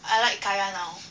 I like kaya now